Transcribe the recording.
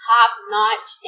Top-notch